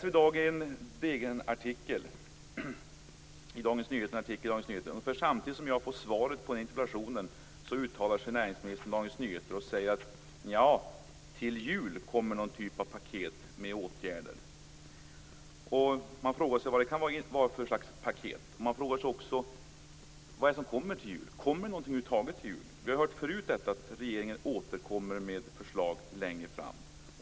I dag, dvs. samtidigt som jag får svar på den här interpellationen, uttalar sig dock näringsministern i en artikel i Dagens Nyheter och säger att det till jul kommer någon typ av paket med åtgärder. Man frågar sig vad det kan vara för slags paket. Man frågar sig också vad det är som kommer till jul. Kommer det över huvud taget någonting till jul? Vi har ju hört förut att regeringen återkommer med förslag längre fram.